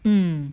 mm